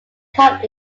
caught